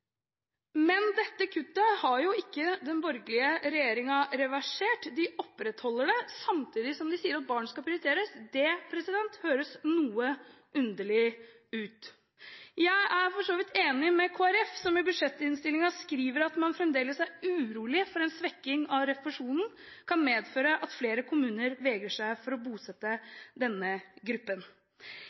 Men dette kuttet har ikke den borgerlige regjeringen reversert. De opprettholder det, samtidig som de sier at barn skal prioriteres. Det høres noe underlig ut. Jeg er for så vidt enig med Kristelig Folkeparti, som i budsjettinnstillingen skriver at man fremdeles er urolig for at en svekking av refusjonen kan medføre at flere kommuner vegrer seg for å bosette denne gruppen.